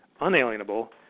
unalienable